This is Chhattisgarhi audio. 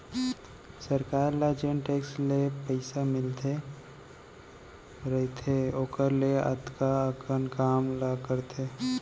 सरकार ल जेन टेक्स ले पइसा मिले रइथे ओकर ले अतका अकन काम ला करथे